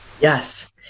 yes